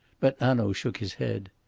but hanaud shook his head.